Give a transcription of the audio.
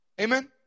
Amen